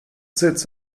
sits